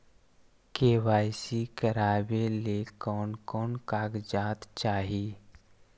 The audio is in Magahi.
के.वाई.सी करावे ले कोन कोन कागजात चाही?